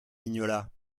mignola